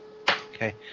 Okay